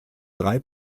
drei